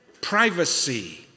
privacy